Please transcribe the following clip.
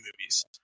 movies